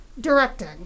Directing